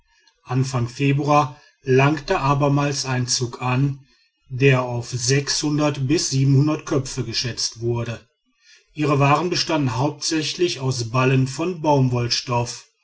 anfang februar langte abermals ein zug an der auf köpfe geschätzt wurde ihre waren bestanden hauptsächlich aus ballen von